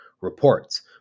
reports